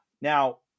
Now